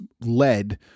lead